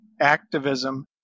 activism